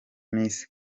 miss